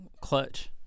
Clutch